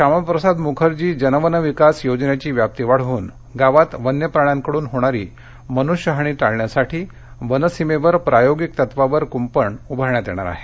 श्यामाप्रसाद मुखर्जी जन वन विकास योजनेची व्याप्ती वाढवून गावात वन्यप्राण्यांकडून होणारी मनुष्यहानी टाळण्यासाठी वनसीमेवर प्रायोगिक तत्त्वावर कुंपण उभारण्यात येणार आहे